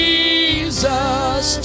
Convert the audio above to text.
Jesus